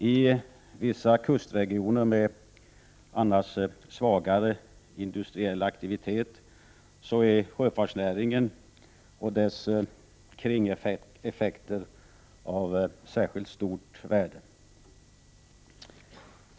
I vissa kustregioner med annars svagare industriell aktivitet är sjöfartsnäringen och dess kringeffekter av särskilt stort värde.